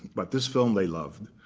but this film they love.